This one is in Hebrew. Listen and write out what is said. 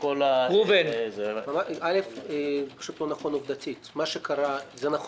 נכון שמערכת של קופת החולים שונה מהמערכת שקופות החולים עובדות איתה.